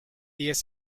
diez